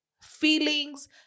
feelings